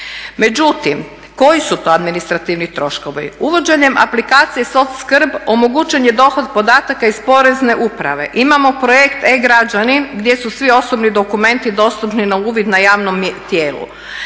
Međutim, koji su to administrativni troškovi. Uvođenjem aplikacije SOCSKRB omogućen je dohod podataka iz porezne uprave. Imamo projekt e-građanin gdje su svi osobni dokumenti dostupni na uvid na javnom tijelu.